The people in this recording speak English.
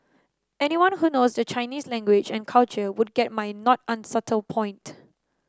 anyone who knows the Chinese language and culture would get my not unsubtle point